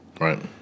Right